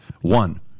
One